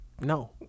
No